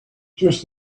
just